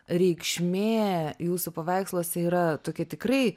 reikšmė jūsų paveiksluose yra tokia tikrai